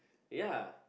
ya